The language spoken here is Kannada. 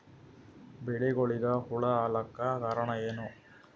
ಬೆಳಿಗೊಳಿಗ ಹುಳ ಆಲಕ್ಕ ಕಾರಣಯೇನು?